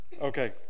Okay